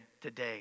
today